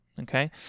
Okay